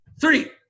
three